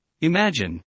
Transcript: imagine